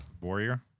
Warrior